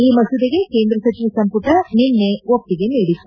ಈ ಮಸೂದೆಗೆ ಕೇಂದ್ರ ಸಚಿವ ಸಂಪುಟ ನಿನ್ನೆ ಒಪ್ಪಿಗೆ ನೀಡಿತ್ತು